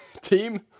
team